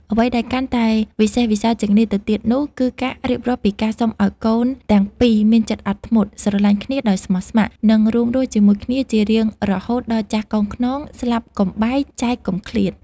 អ្វីដែលកាន់តែវិសេសវិសាលជាងនេះទៅទៀតនោះ គឺការរៀបរាប់ពីការសុំឱ្យកូនទាំងពីរមានចិត្តអត់ធ្មត់ ស្រឡាញ់គ្នាដោយស្មោះស្ម័គ្រ និងរួមរស់ជាមួយគ្នាជារៀងរហូតដល់ចាស់កោងខ្នង ស្លាប់កុំបែក ចែកកុំឃ្លាត។